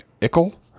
Ickle